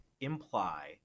imply